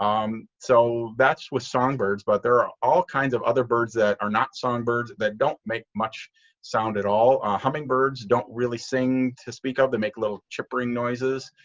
um so that's with songbirds. but there are all kinds of other birds that are not songbirds that don't make much sound at all. hummingbirds don't really sing to speak up. they make little chipping noises.